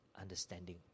understanding